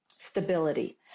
stability